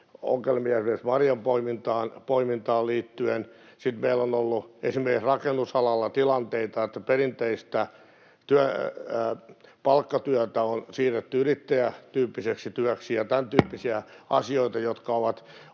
esimerkiksi marjanpoimintaan liittyen, sitten meillä on ollut esimerkiksi rakennusalalla tilanteita, että perinteistä palkkatyötä on siirretty yrittäjätyyppiseksi työksi, ja tämäntyyppisiä asioita, jotka ovat